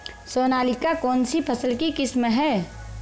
सोनालिका कौनसी फसल की किस्म है?